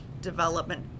development